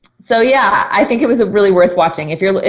so yeah, i think it was a really worth watching. if you're,